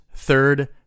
third